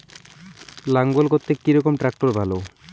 লাঙ্গল করতে কি রকম ট্রাকটার ভালো?